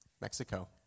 Mexico